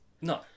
No